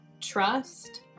trust